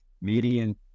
median